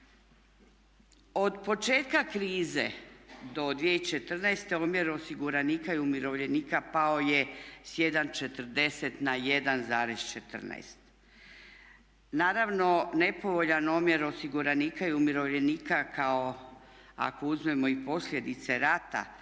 Od početka krize do 2014. omjer osiguranika i umirovljenika pao je sa 1,40 na 1,14. Naravno, nepovoljan omjer osiguranika i umirovljenika kao ako uzmemo i posljedice rata